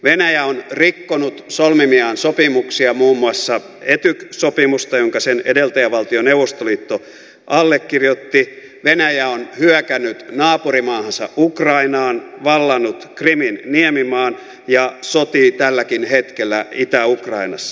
venäjä on rikkonut solmimiaan sopimuksia muun muassa etyk sopimusta jonka sen edeltäjävaltio neuvostoliitto allekirjoitti venäjä on hyökännyt naapurimaahansa ukrainaan vallannut krimin niemimaan ja sotii tälläkin hetkellä itä ukrainassa